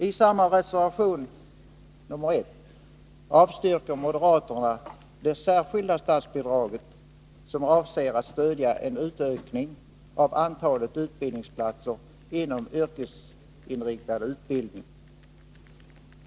I samma reservation nr 1 avstyrker moderaterna det särskilda statsbidraget, som avser att stödja en utökning av antalet utbildningsplatser inom yrkesinriktad utbildning.